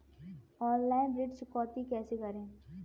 Online ऋण चुकौती कैसे करें?